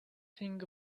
thing